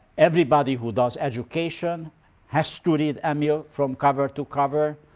everybody who does education has to read emile from cover to cover.